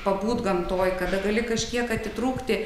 pabūt gamtoj kada gali kažkiek atitrūkti